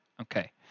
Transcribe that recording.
okay